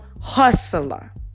hustler